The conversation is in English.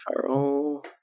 Farrell